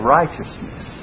righteousness